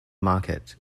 market